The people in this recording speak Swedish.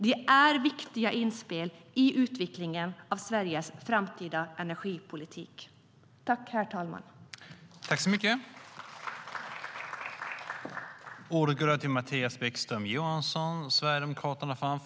De är viktiga inspel i utvecklingen av Sveriges framtida energipolitik.I detta anförande instämde Ann-Charlotte Hammar Johnsson, Hans Rothenberg och Jörgen Warborn .